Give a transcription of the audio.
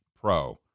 pro